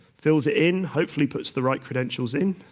fills it in, hopefully puts the right credentials in.